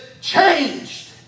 changed